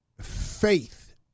Faith